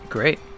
Great